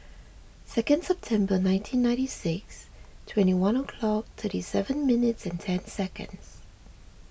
second September nineteen ninety six twenty one o'clock thirty seven minutes and ten seconds